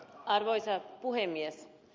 arvoisa puhemies